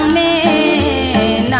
a